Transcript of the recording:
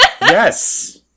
Yes